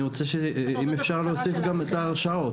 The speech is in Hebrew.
אני רוצה אם אפשר להוסיף גם את ההרשעות.